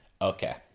Okay